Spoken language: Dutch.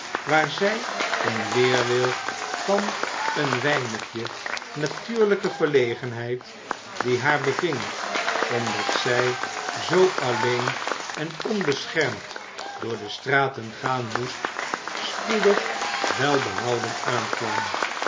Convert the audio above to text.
waar zij in weerwil van een weinigje natuurlijke verlegenheid die haar beving omdat zij zoo alleen en onbeschermd door de straten gaan moest spoedig welbehouden aankwam